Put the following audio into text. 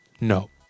No